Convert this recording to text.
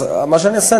אז מה שאני אעשה,